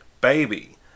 Baby